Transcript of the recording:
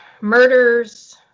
murders